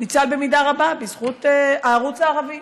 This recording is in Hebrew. ניצל במידה רבה בזכות הערוץ הערבי.